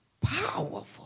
powerful